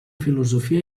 filosofia